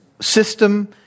system